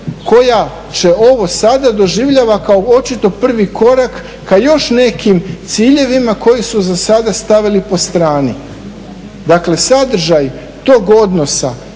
koja ovo sada doživljava kao očito prvi korak ka još nekim ciljevima koji su za sada stavili po strani. Dakle sadržaj tog odnosa